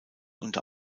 unter